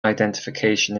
identification